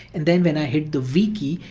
and then when i hit the v key,